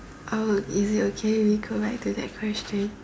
uh is it okay if we go back to that question